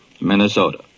Minnesota